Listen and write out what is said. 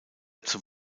zum